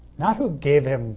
not who gave him